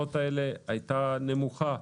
למשרות האלה הייתה נמוכה,